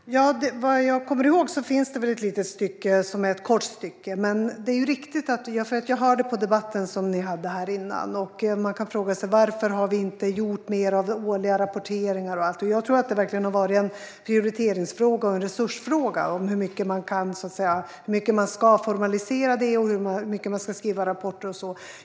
Herr talman! Vad jag kommer ihåg finns det väl ett kort stycke. Jag hörde på debatten som ni hade tidigare, och man kan fråga sig varför vi inte har gjort mer av årliga rapporteringar. Jag tror att det verkligen har varit en prioriteringsfråga och en resursfråga när det gäller hur mycket man ska formalisera det, hur mycket rapporter man ska skriva och så.